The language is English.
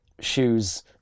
shoes